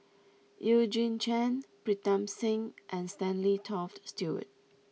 Eugene Chen Pritam Singh and Stanley Toft Stewart